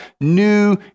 new